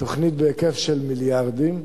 תוכנית בהיקף של מיליארדים.